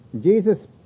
Jesus